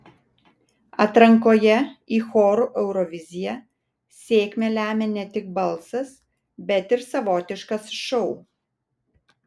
atrankoje į chorų euroviziją sėkmę lemia ne tik balsas bet ir savotiškas šou